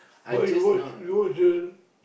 but you watch you watch the